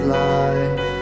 life